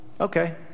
Okay